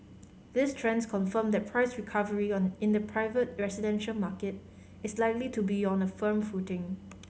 these trends confirm that price recovery in the private residential market is likely to be on a firm footing